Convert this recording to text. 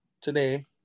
today